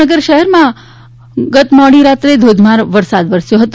ભાવનગર શહેરમાં મોડી રાત્રે ધોધમાર વરસાદ વરસ્યો હતો